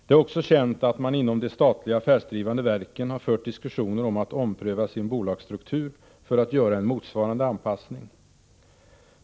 Det är också känt att man inom de statliga affärsdrivande verken har fört diskussioner om att ompröva sin bolagsstruktur för att göra en motsvarande anpassning.